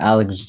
Alex